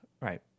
right